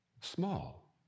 small